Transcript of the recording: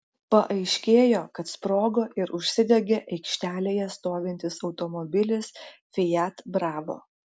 paaiškėjo kad sprogo ir užsidegė aikštelėje stovintis automobilis fiat bravo